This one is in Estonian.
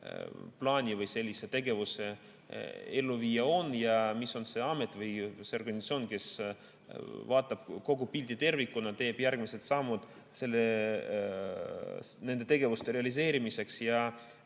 plaani või sellise tegevuse elluviimine on ja mis on see amet või see organisatsioon, kes vaatab kogu pilti tervikuna, teeb järgmised sammud nende tegevuste realiseerimiseks.